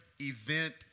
event